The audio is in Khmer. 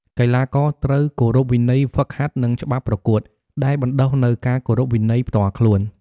កីឡាករត្រូវគោរពវិន័យហ្វឹកហាត់ និងច្បាប់ប្រកួត ដែលបណ្តុះនូវការគោរពវិន័យផ្ទាល់ខ្លួន។